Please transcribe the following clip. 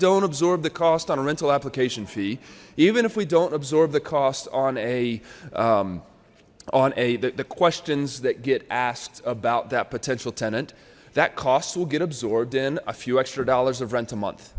don't absorb the cost on a rental application fee even if we don't absorb the cost on a on a that the questions that get asked about that potential tenant that costs will get absorbed in a few extra dollars of rent a month